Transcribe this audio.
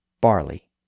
barley